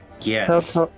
Yes